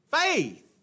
Faith